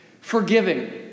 forgiving